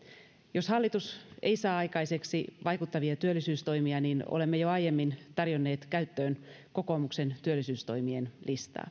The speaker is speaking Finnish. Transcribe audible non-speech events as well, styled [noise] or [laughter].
jos hallitus ei saa aikaiseksi vaikuttavia työllisyystoimia niin olemme jo aiemmin tarjonneet käyttöön kokoomuksen työllisyystoimien listaa [unintelligible]